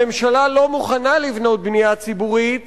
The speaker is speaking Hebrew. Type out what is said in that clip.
הממשלה לא מוכנה לבנות בנייה ציבורית